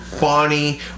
Bonnie